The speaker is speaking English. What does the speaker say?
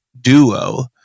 duo